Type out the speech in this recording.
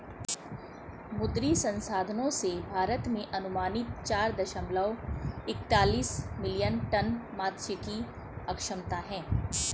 मुद्री संसाधनों से, भारत में अनुमानित चार दशमलव एकतालिश मिलियन टन मात्स्यिकी क्षमता है